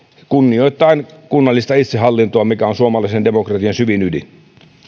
kunnioittaen kunnallista itsehallintoa mikä on suomalaisen demokratian syvin ydin